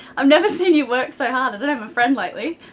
i've never seen you work so hard, i don't have a friend lately